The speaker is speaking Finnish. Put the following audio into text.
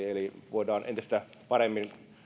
eli voidaan entistä paremmin